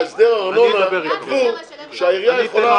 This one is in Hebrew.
בהסדר הארנונה היה כתוב שהעירייה יכולה,